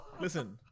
Listen